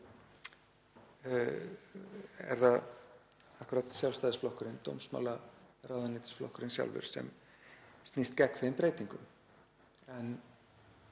er það akkúrat Sjálfstæðisflokkurinn, dómsmálaráðuneytisflokkurinn sjálfur, sem snýst gegn þeim breytingum.